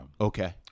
Okay